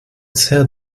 sehr